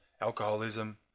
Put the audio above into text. alcoholism